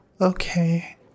Okay